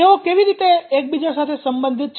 તેઓ કેવી રીતે એકબીજા સાથે સંબંધિત છે